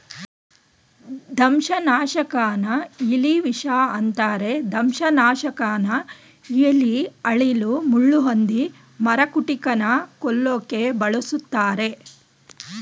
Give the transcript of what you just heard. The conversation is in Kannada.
ದಂಶನಾಶಕನ ಇಲಿವಿಷ ಅಂತರೆ ದಂಶನಾಶಕನ ಇಲಿ ಅಳಿಲು ಮುಳ್ಳುಹಂದಿ ಮರಕುಟಿಕನ ಕೊಲ್ಲೋಕೆ ಬಳುಸ್ತರೆ